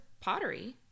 pottery